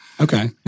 Okay